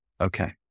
Okay